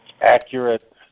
accurate